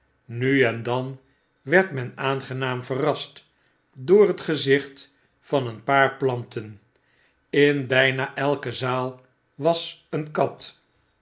nu en dan werd men aangenaam verrast door het gezicht van een paar planten in bijna elke zaal was een kat